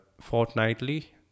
fortnightly